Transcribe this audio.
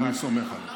אני סומך עליך.